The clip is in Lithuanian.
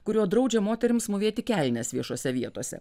kuriuo draudžia moterims mūvėti kelnes viešose vietose